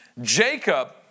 Jacob